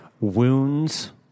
wounds